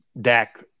Dak